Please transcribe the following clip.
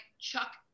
chuck